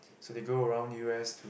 so they go around U_S to